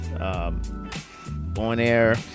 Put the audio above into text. on-air